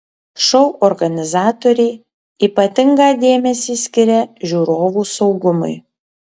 šou organizatoriai ypatingą dėmesį skiria žiūrovų saugumui